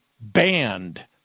banned